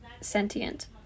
sentient